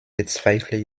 bezweifle